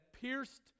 pierced